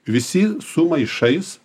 visi su maišais